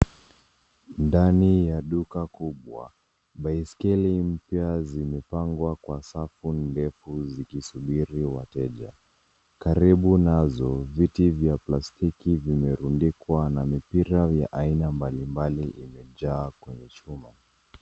Ndani ya duka kubwa, baiskeli mpya zimepangwa kwa safu ndefu zikisubiri wateja. Karibu nazo viti vya plastiki vimerundikwa na mipira ya aina mbalimbali imejaa kwenye chumba.